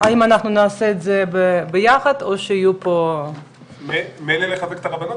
האם אנחנו נעשה את זה ביחד או שיהיו פה --- מילא לחזק את הרבנות,